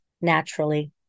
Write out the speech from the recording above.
naturally